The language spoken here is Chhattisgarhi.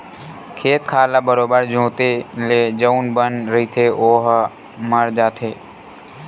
खेत खार ल बरोबर जोंते ले जउन बन रहिथे ओहा मर जाथे